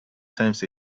times